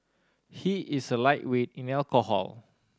he is a lightweight in alcohol